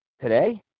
today